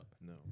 no